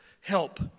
help